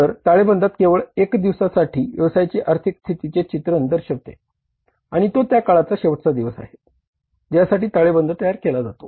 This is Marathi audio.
तर ताळेबंदात केवळ एका दिवसासाठी व्यवसायाच्या आर्थिक स्थितीचे चित्रण दर्शविते आणि तो त्या काळाचा शेवटचा दिवस आहे ज्यासाठी ताळेबंद तयार केला जात आहे